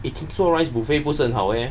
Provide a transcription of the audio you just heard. eh 听说 rise buffet 不是很好 eh